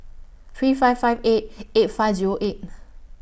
three five five eight eight five Zero eight